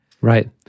Right